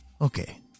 Okay